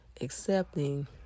accepting